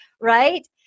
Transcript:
right